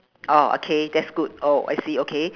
orh okay that's good oh I see okay